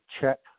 check